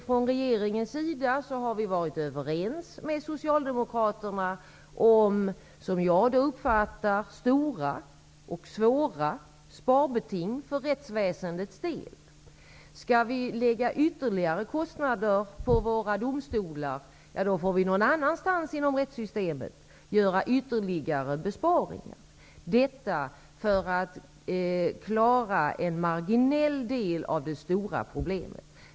Från regeringens sida var vi överens med Socialdemokraterna om -- som jag har uppfattat det -- stora och svåra sparbeting för rättsväsendets del. Skall vi lägga ytterligare kostnader på våra domstolar får vi göra besparingar någon annanstans inom rättssystemet. Detta skulle dock bara klara av att lösa en marginell del av det stora problemet.